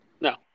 No